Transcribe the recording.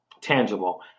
tangible